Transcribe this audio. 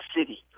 City